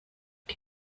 die